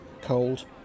cold